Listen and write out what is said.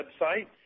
website